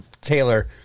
Taylor